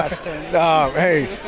Hey